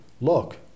look